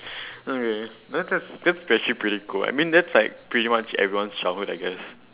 okay that that that's actually pretty cool I mean that's like pretty much everyone's childhood I guess